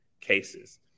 cases